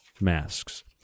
masks